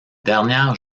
dernière